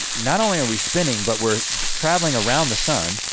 but not only are we spinning but we're traveling around the sun,